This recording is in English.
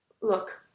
look